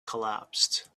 collapsed